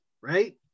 Right